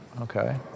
okay